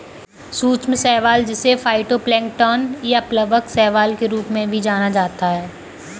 सूक्ष्म शैवाल जिसे फाइटोप्लैंक्टन या प्लवक शैवाल के रूप में भी जाना जाता है